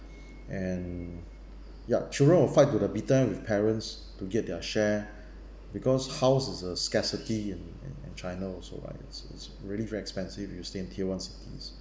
and yup children will fight to the bitter and with parents to get their share because house is a scarcity in in in china also right it's it's really very expensive if you stay in tier one cities